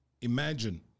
Imagine